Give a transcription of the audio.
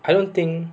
I don't think